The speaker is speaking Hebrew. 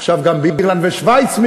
עכשיו גם באירלנד ובשווייץ,